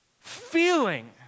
feeling